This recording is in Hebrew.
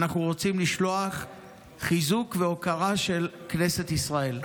אנחנו רוצים לשלוח חיזוק והוקרה של כנסת ישראל.